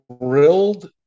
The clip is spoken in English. thrilled